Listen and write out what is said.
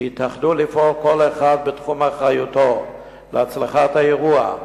שיתאחדו לפעול כל אחד בתחום אחריותו להצלחת האירוע,